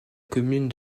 commune